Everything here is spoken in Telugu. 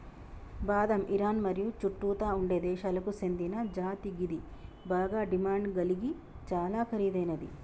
బాదం ఇరాన్ మరియు చుట్టుతా ఉండే దేశాలకు సేందిన జాతి గిది బాగ డిమాండ్ గలిగి చాలా ఖరీదైనది